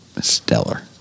stellar